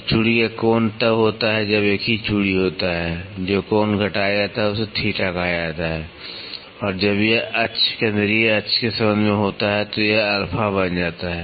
तो चूड़ी का कोण तब होता है जब एक ही चूड़ी होता है जो कोण घटाया जाता है उसे थीटा कहा जाता है और जब यह अक्ष केंद्रीय अक्ष के संबंध में होता है तो यह अल्फा बन जाता है